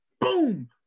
boom